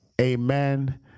amen